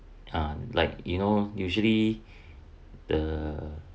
ah like you know usually the